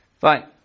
Fine